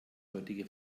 heutige